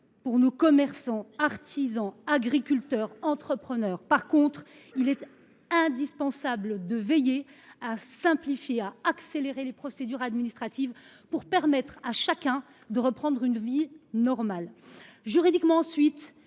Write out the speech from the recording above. pour les commerçants, artisans, agriculteurs, entrepreneurs. Quoi qu’il en soit, il est à présent indispensable de simplifier et d’accélérer les procédures administratives pour permettre à chacun de reprendre une vie normale. Juridiquement, ensuite,